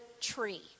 tree